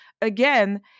again